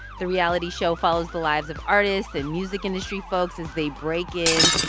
the reality show follows the lives of artists and music industry folks as they break in,